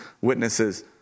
witnesses